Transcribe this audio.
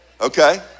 Okay